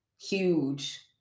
huge